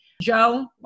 Joe